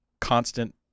Constant